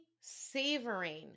savoring